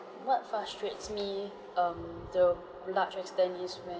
what frustrates me um the large extent is when